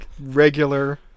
regular